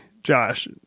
Josh